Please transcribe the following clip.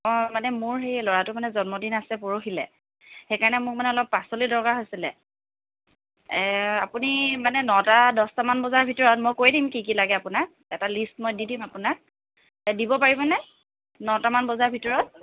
অঁ মানে মোৰ সেই ল'ৰাটোৰ মানে জন্মদিন আছে পৰহিলৈ সেইকাৰণে মোক মানে অলপ পাচলিৰ দৰকাৰ হৈছিলে এ আপুনি মানে নটা দহটা মান বজাৰ ভিতৰত মই কৈ দিম কি কি লাগে আপোনাক এটা লিষ্ট মই দি দিম আপোনাক দিব পাৰিবনে নটা মান বজাৰ ভিতৰত